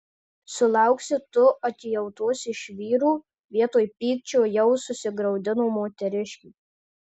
sulauksi tu atjautos iš vyrų vietoj pykčio jau susigraudino moteriškė